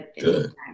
Good